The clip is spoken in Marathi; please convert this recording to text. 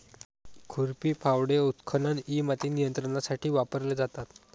खुरपी, फावडे, उत्खनन इ माती नियंत्रणासाठी वापरले जातात